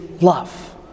love